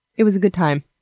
it was a good time.